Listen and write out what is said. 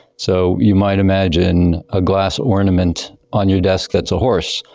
so you might imagine a glass ornament on your desk that's a horse.